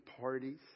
parties